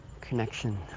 connection